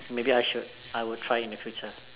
maybe I should I will try in the future